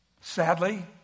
Sadly